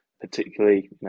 particularly